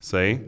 Say